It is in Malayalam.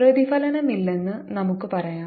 പ്രതിഫലനമില്ലെന്ന് നമുക്ക് പറയാം